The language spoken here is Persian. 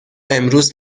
امروز